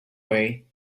way